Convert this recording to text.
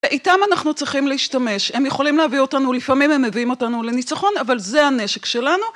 איתם אנחנו צריכים להשתמש, הם יכולים להביא אותנו, לפעמים הם מביאים אותנו לניצחון, אבל זה הנשק שלנו.